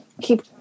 keep